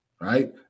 Right